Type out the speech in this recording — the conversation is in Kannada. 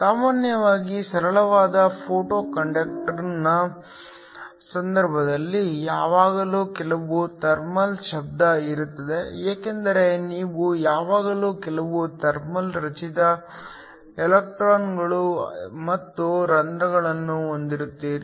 ಸಾಮಾನ್ಯವಾಗಿ ಸರಳವಾದ ಫೋಟೊ ಕಂಡಕ್ಟರ್ನ ಸಂದರ್ಭದಲ್ಲಿ ಯಾವಾಗಲೂ ಕೆಲವು ಥರ್ಮಲ್ ಶಬ್ದ ಇರುತ್ತದೆ ಏಕೆಂದರೆ ನೀವು ಯಾವಾಗಲೂ ಕೆಲವು ಥರ್ಮಲ್ ರಚಿತ ಎಲೆಕ್ಟ್ರಾನ್ಗಳು ಮತ್ತು ರಂಧ್ರಗಳನ್ನು ಹೊಂದಿರುತ್ತೀರಿ